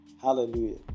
Hallelujah